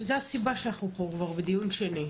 זאת הסיבה שבגללה אנחנו פה כבר בדיון שני.